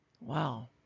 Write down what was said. Wow